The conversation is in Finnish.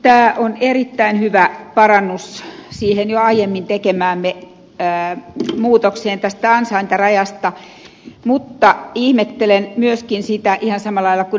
tämä on erittäin hyvä parannus siihen jo aiemmin tekemäämme muutokseen tästä ansaintarajasta mutta ihmettelen ihan samalla lailla kuin ed